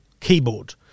keyboard